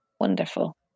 Wonderful